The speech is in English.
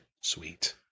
sweet